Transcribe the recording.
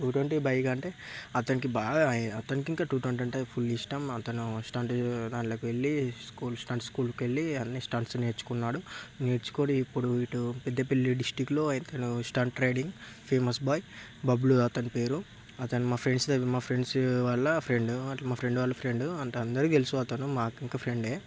two twenty bike అంటే అతనికి బాగా అతనికి ఇంకా టూ ట్వంటీ అంటే ఫుల్ ఇష్టం అతను స్టంటు దాంట్లోకి వెళ్లి స్స్కూల్ స్టంట్ స్స్కూల్ లోకి వెళ్లి అన్ని స్టంట్స్ నేర్చుకున్నాడు నేర్చుకుని ఇప్పుడు ఇటు పెద్ద పెళ్లి డిస్టిక్లో అతను stunt riding famous boy Bablu అతని పేరు అతను మా ఫ్రెండ్స్ మా ఫ్రెండ్స్ వాళ్ళ ఫ్రెండ్ మా ఫ్రెండ్ వాళ్ళ ఫ్రెండ్ అంటే అందరికీ తెలుసు అతను మాకు ఇంక మా ఫ్రెండే